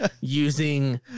using